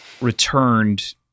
returned